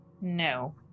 No